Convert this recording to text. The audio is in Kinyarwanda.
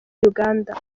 uganda